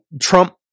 Trump